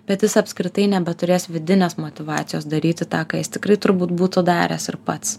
bet jis apskritai nebeturės vidinės motyvacijos daryti tą ką jis tikrai turbūt būtų daręs ir pats